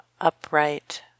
upright